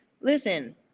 listen